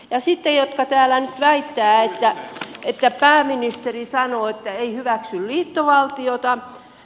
sitten jotkut täällä nyt väittävät että pääministeri sanoo että ei hyväksy liittovaltiota